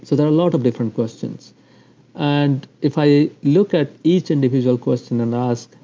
so there are a lot of different questions and if i look at each individual question and ask,